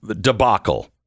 debacle